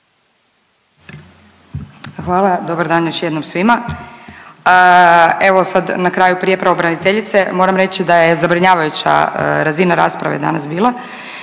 Hvala. Dobar dan još jednom svima. Evo sad na kraju prije pravobraniteljice moram reći da je zabrinjavajuća razina rasprave danas bila,